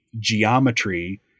geometry